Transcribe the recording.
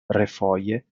refoje